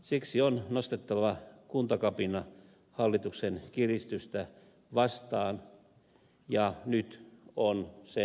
siksi on nostettava kuntakapina hallituksen kiristystä vastaan ja nyt on sen aika